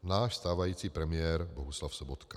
Náš stávající premiér Bohuslav Sobotka.